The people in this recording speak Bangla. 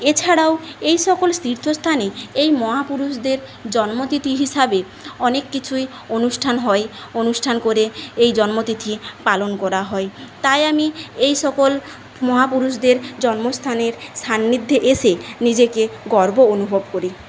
এছাড়াও এইসকল তীর্থস্থানে এই মহাপুরুষদের জন্মতিথি হিসাবে অনেক কিছুই অনুষ্ঠান হয় অনুষ্ঠান করে এই জন্মতিথি পালন করা হয় তাই আমি এই সকল মহাপুরুষদের জন্মস্থানের সান্নিধ্যে এসে নিজেকে গর্ব অনুভব করি